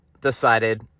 decided